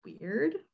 weird